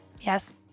Yes